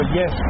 yes